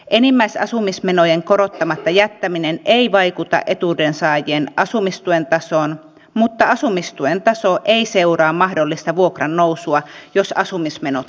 enimmäisasumismenojen korottamatta jättäminen ei vaikuta etuuden saajien asumistuen tasoon mutta asumistuen taso ei seuraa mahdollista vuokran nousua jos asumismenot ovat korkeat